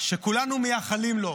בפסוק שכולנו מייחלים לו,